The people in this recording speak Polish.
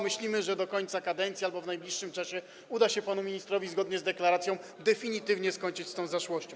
Myślimy, że do końca kadencji albo w najbliższym czasie uda się panu ministrowi zgodnie z deklaracją definitywnie skończyć z tą zaszłością.